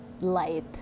light